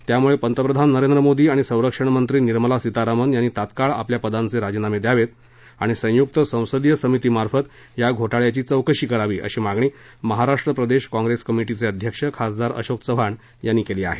त्यामुळे पंतप्रधान नरेंद्र मोदी आणि संरक्षणमंत्री निर्मला सितारामन यांनी तात्काळ आपल्या पदाचे राजीनामे द्यावेत आणि संयुक्त संसदीय समितीमार्फत या घोटाळ्याची चौकशी करावी अशी मागणी महाराष्ट्र प्रदेश काँप्रेस कमिटीचे अध्यक्ष खासदार अशोक चव्हाण यांनी केली आहे